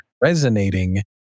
resonating